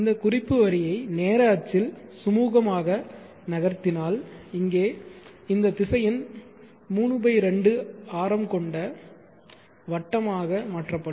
இந்த குறிப்பு வரியை நேர அச்சில் சுமூகமாக நகர்த்தினால் இங்கே இந்த திசையன் 32 ஆரம் கொண்ட வட்டமாக மாற்றப்படும்